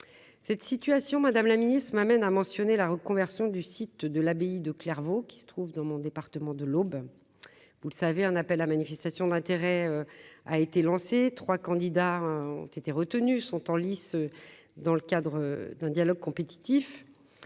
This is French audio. cette situation, Madame la Ministre, m'amène à mentionner la reconversion du site de l'abbaye de Clairvaux, qui se trouve dans mon département de l'Aube, vous le savez, un appel à manifestation d'intérêt a été lancé 3 candidats ont été retenus sont en lice dans le cadre d'un dialogue compétitif